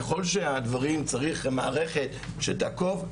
ככל שצריך מערכת שתעקוב,